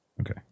Okay